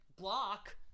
block